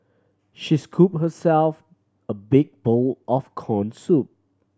she scooped herself a big bowl of corn soup